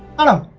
and